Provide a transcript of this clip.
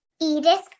Edith